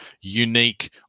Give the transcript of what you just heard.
unique